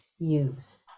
use